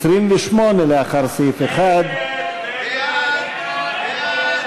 (28) לאחר סעיף 1. ההסתייגות